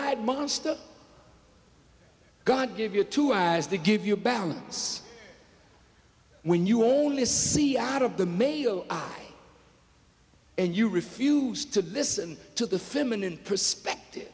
eyed monster god give you two eyes they give you balance when you only see out of the mayo and you refused to listen to the feminine perspective